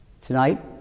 Tonight